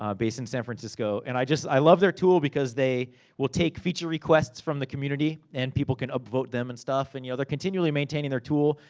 um based in san francisco. and i just, i love their tool, because they will take feature requests from the community. and people can upvote them, and stuff. and you know, they're continually maintaining their tool.